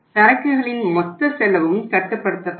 சரக்குகளின் மொத்த செலவும் கட்டுப்படுத்தப்படும்